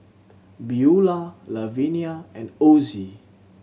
Beula Lavenia and Ozie